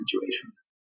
situations